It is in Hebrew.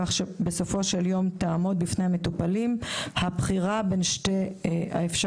כך שבסופו של יום תעמוד בפני המטופלים הבחירה בין שתי האפשרויות,